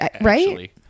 Right